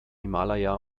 himalaya